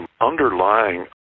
underlying